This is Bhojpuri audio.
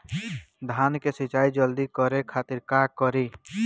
धान के सिंचाई जल्दी करे खातिर का करी?